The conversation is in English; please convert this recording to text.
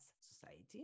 Society